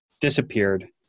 disappeared